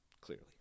clearly